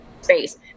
space